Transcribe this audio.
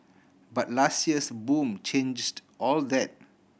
but last year's boom changed all that